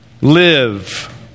live